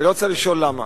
ולא צריך לשאול למה.